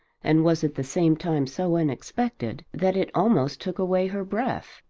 and was at the same time so unexpected, that it almost took away her breath.